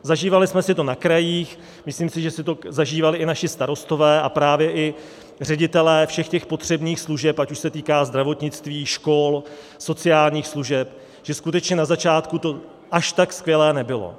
Zažívali jsme si to na krajích, myslím si, že si to zažívali i naši starostové a právě i ředitelé všech těch potřebných služeb, ať už se to týká zdravotnictví, škol, sociálních služeb, že skutečně na začátku to až tak skvělé nebylo.